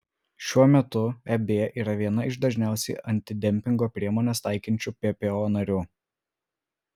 šiuo metu eb yra viena iš dažniausiai antidempingo priemones taikančių ppo narių